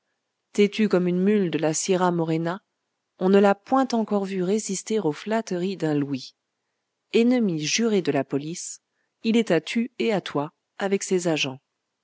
têtu comme une mule de la sierra morena on ne l'a point encore vu résister aux flatteries d'un louis ennemi juré de la police il est à tu et à toi avec ses agents